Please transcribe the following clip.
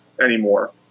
anymore